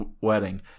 wedding